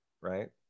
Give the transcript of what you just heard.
right